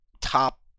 top